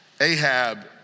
Ahab